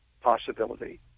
possibility